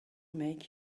make